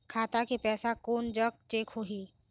खाता के पैसा कोन जग चेक होही?